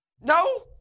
No